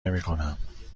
نمیکنم